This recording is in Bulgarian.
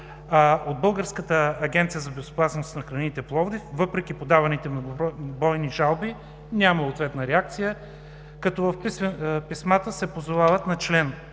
от Българската агенция за безопасност на храните – Пловдив. Въпреки подаваните многобройни жалби, няма ответна реакция. Писмата се позовават на чл.